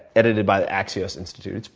edited by the axios institute.